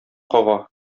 кага